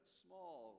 small